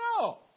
No